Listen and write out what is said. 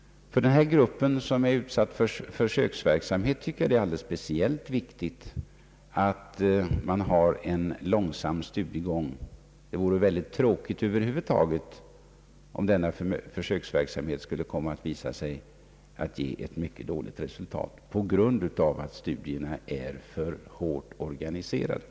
För denna grupp som är föremål för försöksverksamhet tycker jag att det är alldeles speciellt viktigt att man har en långsam studiegång. Det vore oerhört tråkigt över huvud taget om denna försöksverksamhet skulle visa sig ge ett mycket dåligt resultat på grund av att studierna är för hårt organiserade.